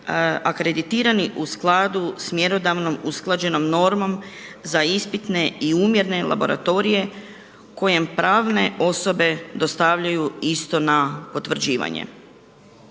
akreditirani u skladu sa mjerodavnom usklađenom normom za ispitne i umjerne laboratorije kojem pravne osobe dostavljaju isto na potvrđivanje.